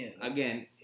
again